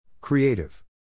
Creative